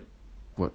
[what]